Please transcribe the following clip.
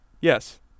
Yes